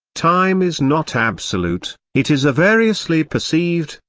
time is not absolute it is a variously perceived,